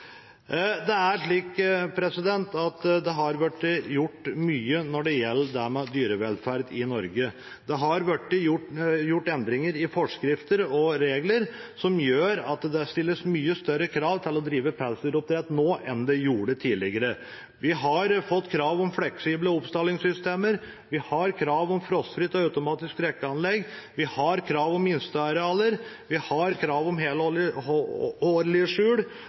Det har blitt gjort mye når det gjelder det med dyrevelferd i Norge. Det har blitt gjort endringer i forskrifter og regler som gjør at det stilles mye større krav til å drive pelsdyroppdrett nå enn det ble gjort tidligere. Vi har fått krav om fleksible oppstallingssystemer, vi har krav om frostfritt og automatisk drikkeanlegg, vi har krav om minstearealer, vi har krav om